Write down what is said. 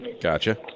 Gotcha